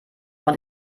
auch